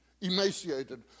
emaciated